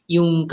Yung